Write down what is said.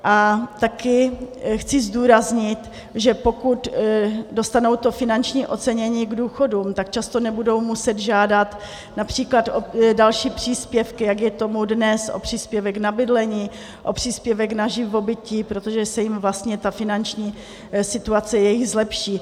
A taky chci zdůraznit, že pokud dostanou finanční ocenění k důchodům, tak často nebudou muset žádat například o další příspěvky, jak je tomu dnes, o příspěvek na bydlení, o příspěvek na živobytí, protože se jim vlastně jejich finanční situace zlepší.